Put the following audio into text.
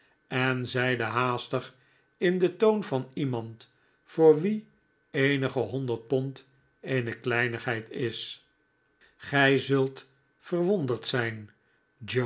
en zeide haastig in den toon van iemand voor wien eenige honderd pond eene kleinigheid is gij zult verwonderd zijn